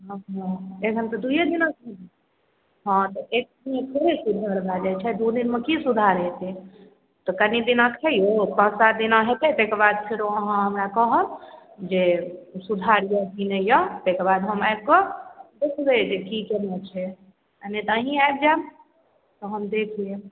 हँ एखन तऽ दूइये दिना भेलै हँ तऽ एखन थोड़े सुधार भए जाइ छै दू दिनमे की सुधार हेतै तऽ कनी दिना खाइयौ पाँच सात दिना हेतै तै के बाद फेरो अहाँ हमरा कहब जे सुधार यऽ की नहि यऽ तै के बाद हम आबिकऽ देखबै जे की केना छै आओर नहि तऽ अहीं आबि जायब तऽ हम देख लेब